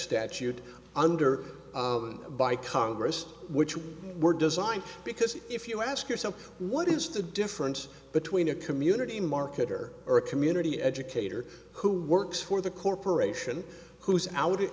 statute under by congress which we were designed because if you ask yourself what is the difference between a community marketer or a community educator who works for the corporation who's out